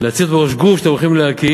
להציב אותו בראש גוף שאתם הולכים להקים,